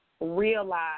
realize